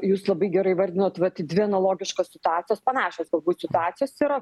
jūs labai gerai įvardinot vat dvi analogiškos situacijos panašios galbūt situacijos yra